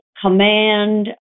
command